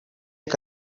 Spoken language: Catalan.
que